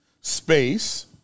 space